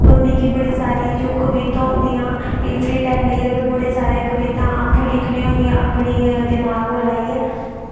और मिकी बड़ी सारी जो कविता होंदियां एह् फ्री टाइम बेहियै बड़े सारे कवितां आपूं लिखनियां होंदियां अपनी दिमाक लाइयै